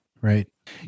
right